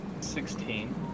Sixteen